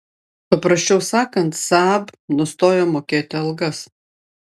paprasčiau sakant saab nustojo mokėti algas